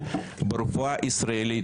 אתה לא בוועדה הנכונה.